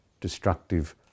destructive